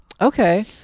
Okay